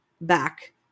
back